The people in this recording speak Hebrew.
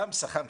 חמסה, חמסה.